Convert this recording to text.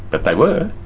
but they were.